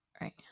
right